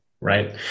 right